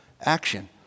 action